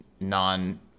non